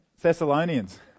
Thessalonians